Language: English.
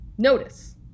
Notice